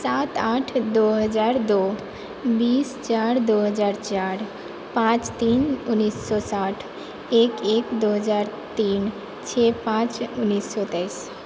सात आठ दो हजार दो बीस चार दो हजार चार पाँच तीन उन्नैस सओ साठ एक एक दो हजार तीन छह पाँच उन्नैस सओ तेइस